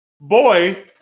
boy